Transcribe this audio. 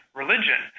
religion